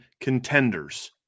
contenders